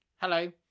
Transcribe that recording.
Hello